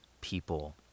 people